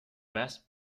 best